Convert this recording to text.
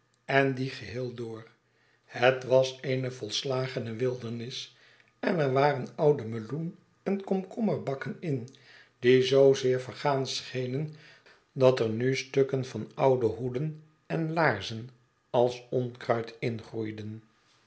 en dien geheel door het was eene volslagene wildernis en er waren oude meloen en komkommerbakken in die zoozeer vergaan schenen dat er nu stukken van oude hoeden en laarzen als onkruid in groeiden